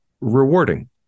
rewarding